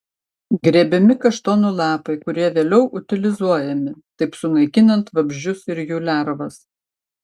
grėbiami kaštonų lapai kurie vėliau utilizuojami taip sunaikinant vabzdžius ir jų lervas